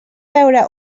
veure